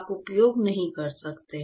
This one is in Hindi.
आप उपयोग नहीं कर सकते